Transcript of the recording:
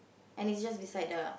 and it's just beside the